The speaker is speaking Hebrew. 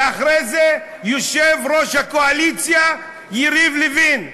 ואחרי זה יושב-ראש הקואליציה יריב לוין,